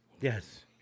yes